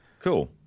Cool